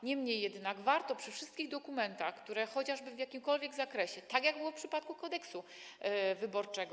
Niemniej jednak warto przy wszystkich dokumentach, które chociażby w jakimkolwiek zakresie, tak jak było w przypadku Kodeksu wyborczego.